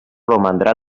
romandrà